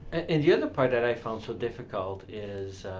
and the other part that i found so difficult, is,